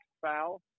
foul